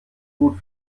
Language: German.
gut